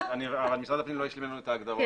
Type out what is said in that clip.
אבל משרד הפנים לא השלים לנו את ההגדרות,